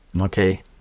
Okay